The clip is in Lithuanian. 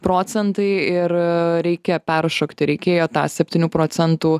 procentai ir reikia peršokti reikėjo tą septynių procentų